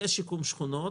יהיה שיקום שכונות.